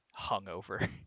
hungover